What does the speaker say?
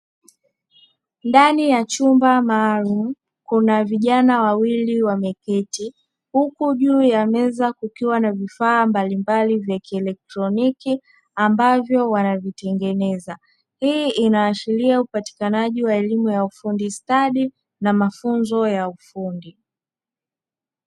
Ndani ya chumba maalumu kuna vijana wawili wameketi huku juu ya meza kukiwa na vifaa mbalimbali vya kielekitroniki ambavyo wanavitengeneza, hii inaashiria upatikanaji wa elimu ya ufundi stadi na mafunzo ya ufundi.